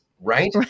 Right